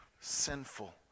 sinful